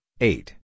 eight